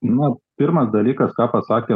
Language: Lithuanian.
na pirmas dalykas ką pasakė